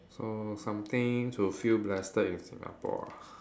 so something to feel blessed in Singapore ah